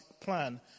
plan